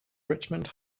richmond